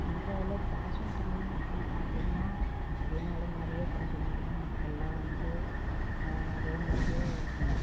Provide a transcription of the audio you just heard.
இந்தியாவில் ஃபேஷன் தொழில்னு இப்படி பார்த்திங்கனா வெளிநாடு மாதிரியே கொஞ்சம் இங்கெல்லாம் மக்கள்லாம் வந்து அதேமாதிரியே